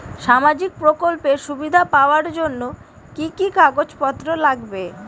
সামাজিক প্রকল্পের সুবিধা পাওয়ার জন্য কি কি কাগজ পত্র লাগবে?